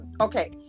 okay